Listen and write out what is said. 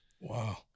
Wow